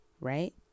right